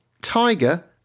Tiger